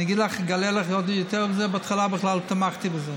אני אגלה יותר מזה, בהתחלה בכלל תמכתי בזה.